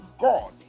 God